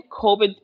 covid